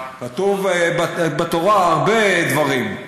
כתובים בתורה הרבה דברים.